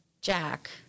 jack